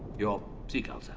your seagull, sir!